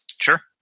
Sure